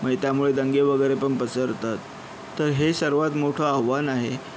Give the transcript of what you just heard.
म्हणजे त्यामुळे दंगे वगैरे पण पसरतात तर हे सर्वात मोठं आव्हान आहे